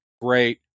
great